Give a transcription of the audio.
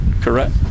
correct